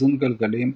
איזון גלגלים,